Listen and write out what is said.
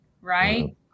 right